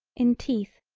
in teeth,